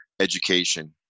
education